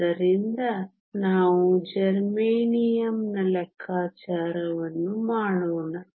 ಆದ್ದರಿಂದ ನಾವು ಜರ್ಮೇನಿಯಂನ ಲೆಕ್ಕಾಚಾರವನ್ನು ಮಾಡೋಣ